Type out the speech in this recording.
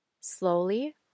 Slowly